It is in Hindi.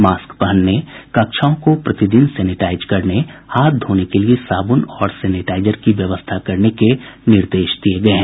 मास्क पहनने कक्षाओं को प्रतिदिन सेनेटाईज करने हाथ धोने के लिये साबुन और सेनेटाइजर की व्यवस्था करने के निर्देश दिये गये हैं